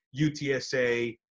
UTSA